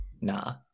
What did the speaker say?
nah